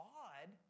odd